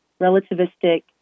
relativistic